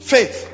Faith